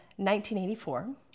1984